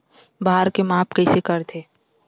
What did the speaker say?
भार के माप कइसे करथे?